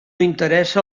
interessa